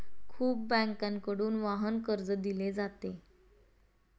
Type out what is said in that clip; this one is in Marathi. खूप बँकांकडून वाहन कर्ज दिले जाते